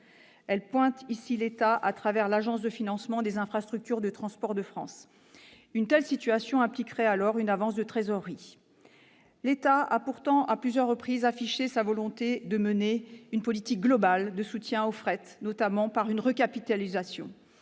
Elle pointe ici l'État à travers l'Agence de financement des infrastructures de transport de France. Une telle situation impliquerait alors une avance de trésorerie. Pourtant, l'État a affiché, à plusieurs reprises, sa volonté de mener une politique globale de soutien au fret, notamment par une recapitalisation.